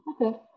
okay